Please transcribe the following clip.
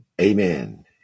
Amen